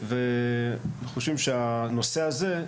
אנחנו חושבים שהנושא הזה,